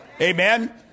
Amen